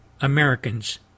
Americans